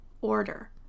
order